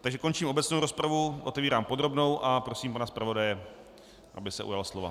Takže končím obecnou rozpravu, otevírám podrobnou a prosím pana zpravodaje, aby se ujal slova.